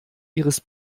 ihres